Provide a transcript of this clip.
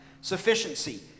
Sufficiency